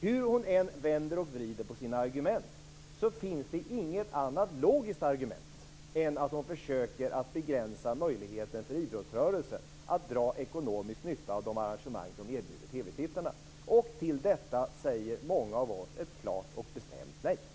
Hur kulturministern än vänder och vrider på sina argument finns det inget annat logiskt argument än att hon försöker att begränsa möjligheterna för idrottsrörelsen att dra ekonomisk nytta av de arrangemang som man erbjuder TV-tittarna. Till detta säger många av oss ett klart och bestämt nej.